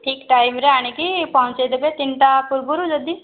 ଠିକ ଟାଇମରେ ଆଣିକି ପହଞ୍ଚେଇ ଦେବେ ତିନିଟା ପୂର୍ବରୁ ଯଦି